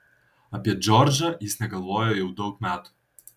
apie džordžą jis negalvojo jau daug metų